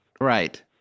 Right